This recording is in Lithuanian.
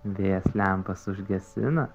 vėjas lempas užgesina